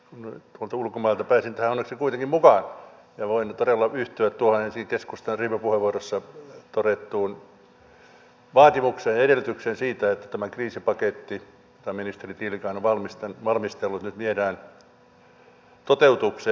tuolta ulkomailta pääsin tähän onneksi kuitenkin mukaan ja voin todella yhtyä tuohon ensin keskustan ryhmäpuheenvuorossa todettuun vaatimukseen ja edellytykseen siitä että tämä kriisipaketti jota ministeri tiilikainen on valmistellut nyt viedään toteutukseen